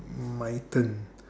my turn